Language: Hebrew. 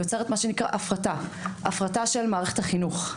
היא יוצרת מה שנקרא הפרטה, הפרטה של מערכת החינוך.